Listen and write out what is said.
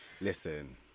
Listen